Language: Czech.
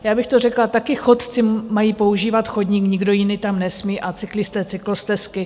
Já bych to řekla, taky chodci mají používat chodník, nikdo jiný tam nesmí, a cyklisté cyklostezky.